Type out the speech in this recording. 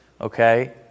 okay